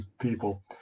people